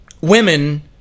women